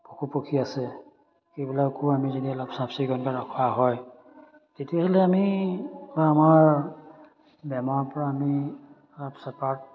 পশু পক্ষী আছে সেইবিলাকো আমি যদি অলপ চাফ চিকুণকৈ ৰখোৱা হয় তেতিয়াহ'লে আমি আমাৰ বেমাৰৰ পৰা আমি অলপ চেপাত